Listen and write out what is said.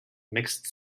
mixed